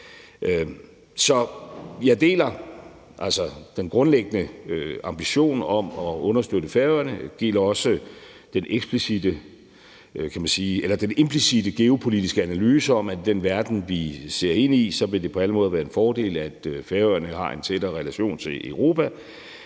jeg deler altså den grundlæggende ambition om at understøtte Færøerne, og jeg deler også den implicitte geopolitiske analyse om, at med den verden, vi ser ind i, vil det på alle måder være en fordel, at Færøerne har en tættere relation tilEuropa,